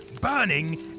burning